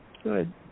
Good